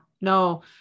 no